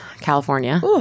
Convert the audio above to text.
California